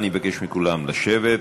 אני מבקש מכולם לשבת.